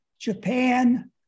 Japan